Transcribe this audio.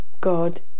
God